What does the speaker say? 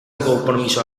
konpromiso